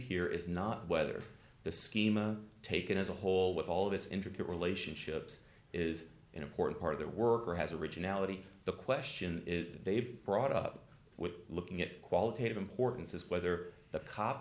here is not whether the schema taken as a whole with all this intricate relationships is an important part of their work or has originality the question is they've brought up with looking at qualitative importance is whether the cop